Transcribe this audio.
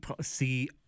See